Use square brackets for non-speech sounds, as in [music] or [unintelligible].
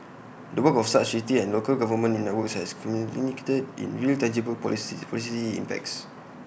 the work of such city and local government in networks has [unintelligible] in real tangible policy policy impacts